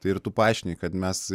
tai ir tu paaiškini kad mes